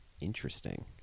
Interesting